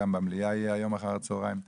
גם במליאה יהיה היום אחר הצוהריים דיון,